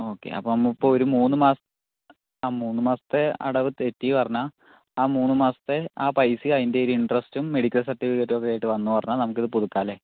okay നമുക്ക് ഇപ്പോൾ ഒരു മൂന്ന് മാസത്തെ മൂന്ന് മാസത്തെ അടവ് തെറ്റി പറഞ്ഞാൽ ആ മൂന്ന് മാസത്തെ പൈസയും അതിന്റെ ഒരു ഇൻ്റർസ്റ്റും മെഡിക്കൽ സർട്ടിഫിക്കറ്റ് ഒക്കെ ആയിട്ട് വന്നോ പറഞ്ഞാൽ നമുക്ക് ഇത് പുതുക്കാം അല്ലെ